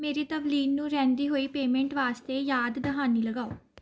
ਮੇਰੀ ਤਵਲੀਨ ਨੂੰ ਰਹਿੰਦੀ ਹੋਈ ਪੇਮੈਂਟ ਵਾਸਤੇ ਯਾਦ ਦਹਾਨੀ ਲਗਾਓ